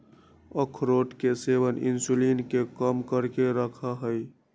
अखरोट के सेवन इंसुलिन के कम करके रखा हई